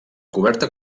coberta